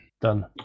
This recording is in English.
Done